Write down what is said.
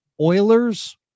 Oilers